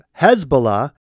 Hezbollah